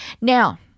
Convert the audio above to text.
Now